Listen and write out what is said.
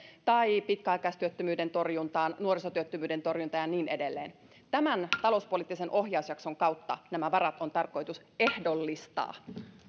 tai pitkäaikaistyöttömyyden torjuntaan nuorisotyöttömyyden torjuntaan ja niin edelleen tämän talouspoliittisen ohjausjakson kautta nämä varat on tarkoitus ehdollistaa